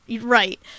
Right